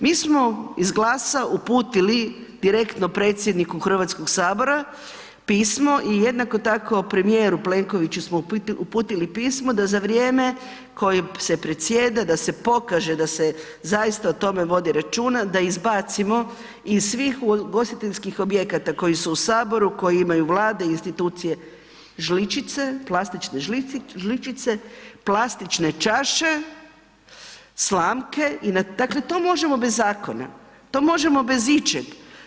Mi smo iz GLAS-a uputili direktno predsjedniku HS-a pismo i jednako tako, premijeru Plenkoviću smo uputili pismo da za vrijeme kojim se predsjeda da se pokaže da se zaista o tome vodi računa, da izbacimo iz svih ugostiteljskih objekata koji su u Saboru, koji imaju Vlade i institucije žličice, plastične žličice, plastične čaše, slamke, dakle to možemo bez zakona, to možemo bez ičeg.